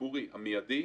הציבורי והמיידי,